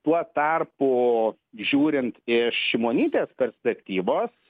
tuo tarpu žiūrint iš šimonytės perspektyvos